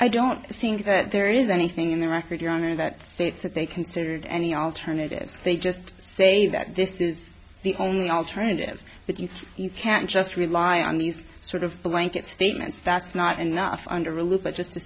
i don't think that there is anything in the record your honor that states that they considered any alternatives they just say that this is the only alternative that you can't just rely on these sort of blanket statements that's not enough under a look at just to